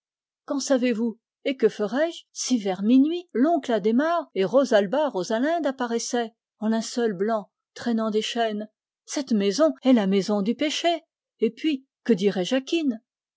qu'en savez-vous et que ferai-je si vers minuit adhémar et rosalba rosalinde surgissent en linceuls blancs traînant des chaînes cette maison est la maison du péché et puis que dira jacquine